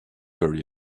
very